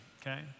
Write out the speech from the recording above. okay